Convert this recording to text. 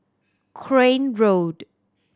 Crane Road